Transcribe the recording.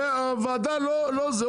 והוועדה לא זה,